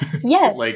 Yes